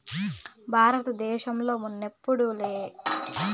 బారత దేశంలో మున్నెప్పుడూ సేద్యం ఇంత కనా కస్టమవ్వలేదు నాయనా